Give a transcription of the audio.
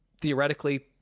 theoretically